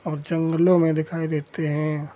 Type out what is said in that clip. और जंगलों में दिखाई देते हैं